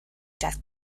death